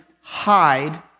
hide